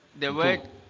the way